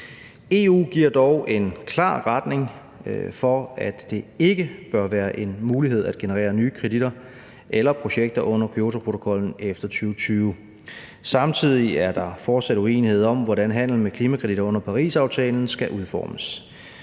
EU giver dog en klar retning for, at det ikke bør være en mulighed at generere nye kreditter eller projekter under Kyotoprotokollen efter 2020. Samtidig er der fortsat uenighed om, hvordan handel med klimakreditter under Parisaftalen skal udformes.